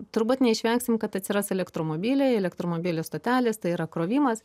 turbūt neišvengsim kad atsiras elektromobiliai elektromobilių stotelės tai yra krovimas